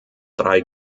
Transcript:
drei